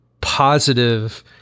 positive